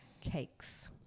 cakes